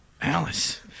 Alice